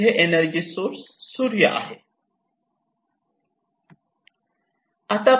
मुख्य energy source सूर्य आहे